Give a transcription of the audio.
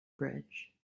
bridge